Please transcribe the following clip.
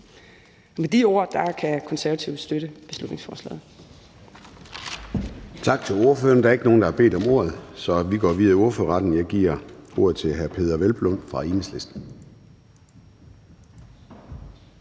med de ord kan Konservative støtte beslutningsforslaget.